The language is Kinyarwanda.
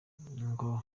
ngo